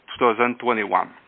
2021